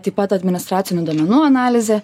taip pat administracinių duomenų analizė